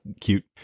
cute